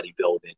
bodybuilding